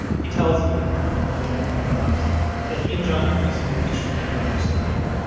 he tells me and uncle jimmy confirms that he and john had recently reached a kind of understanding,